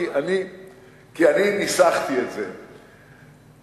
כי אני ניסחתי את זה,